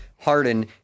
Harden